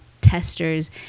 testers